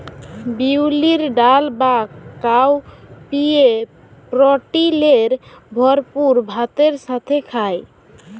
বিউলির ডাল বা কাউপিএ প্রটিলের ভরপুর ভাতের সাথে খায়